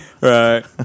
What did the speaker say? Right